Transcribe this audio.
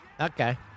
Okay